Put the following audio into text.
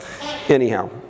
anyhow